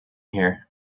here